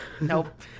Nope